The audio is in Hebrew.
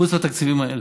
חוץ מהתקציבים האלה,